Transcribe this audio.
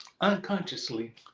unconsciously